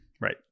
Right